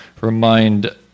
remind